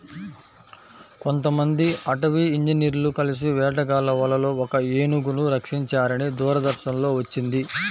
కొంతమంది అటవీ ఇంజినీర్లు కలిసి వేటగాళ్ళ వలలో ఒక ఏనుగును రక్షించారని దూరదర్శన్ లో వచ్చింది